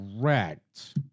correct